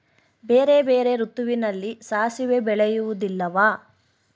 ಬೇರೆ ಬೇರೆ ಋತುವಿನಲ್ಲಿ ಸಾಸಿವೆ ಬೆಳೆಯುವುದಿಲ್ಲವಾ?